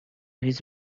his